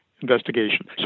Investigation